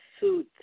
suit